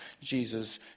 Jesus